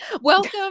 Welcome